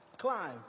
climb